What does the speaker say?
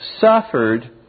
suffered